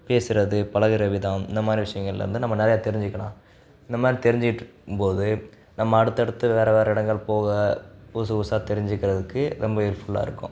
பேசுகிறது பழகுற விதம் இந்த மாதிரி விஷயங்கள்லிருந்து நம்ம நிறைய தெரிஞ்சுக்கிலாம் இந்த மாதிரி தெரிஞ்சுட்டும்போது நம்ம அடுத்தடுத்து வேறு வேறு இடங்கள் போக புதுசு புதுசாக தெரிஞ்சுக்கிறதுக்கு ரொம்ப ஹெல்ப்ஃபுல்லாக இருக்கும்